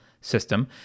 system